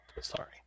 sorry